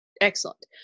Excellent